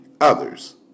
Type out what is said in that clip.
others